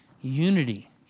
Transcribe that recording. unity